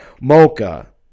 mocha